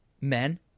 men